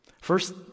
First